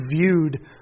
viewed